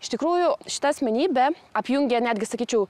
iš tikrųjų šita asmenybė apjungia netgi sakyčiau